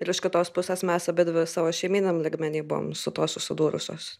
ir iš kitos pusės mes abidvi savo šeimyniniam lygmeny buvom su tuo susidūrusios